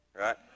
right